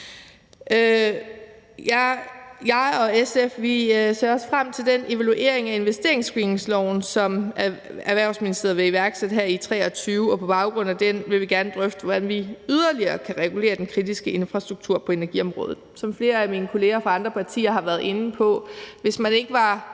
Jeg og SF ser også frem til den evaluering af investeringsscreeningsloven, som Erhvervsministeriet vil iværksætte her i 2023, og på baggrund af den vil vi gerne drøfte, hvordan vi yderligere kan regulere den kritiske infrastruktur på energiområdet. Som flere af mine kolleger fra andre partier har været inde på, vil jeg sige, at